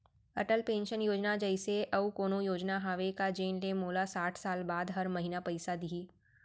Atal pension योजना जइसे अऊ कोनो योजना हावे का जेन ले मोला साठ साल बाद हर महीना पइसा दिही?